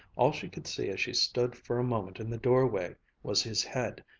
all she could see as she stood for a moment in the doorway was his head,